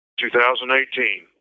2018